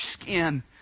skin